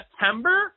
September